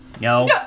no